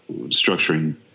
structuring